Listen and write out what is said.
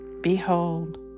Behold